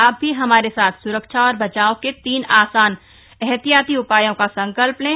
आप भी हमारे साथ सुरक्षा और बचाव के तीन आसान एहतियाती उपायों का संकल्प लें